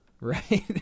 Right